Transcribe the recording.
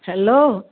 hello